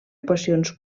equacions